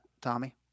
Tommy